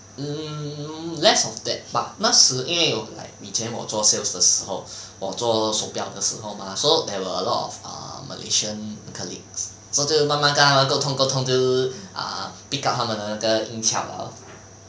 um less of that but 那是因为有 like 以前我做 sales 的时候我做手表的时候 mah so there were a lot of err malaysian colleagues so 就是慢慢跟他们沟通沟通就是 ah pick up 他们的音翘了